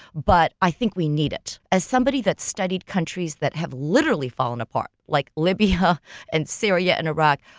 but i think we need it. as somebody that studied countries that have literally fallen apart, like libya and syria and iraq.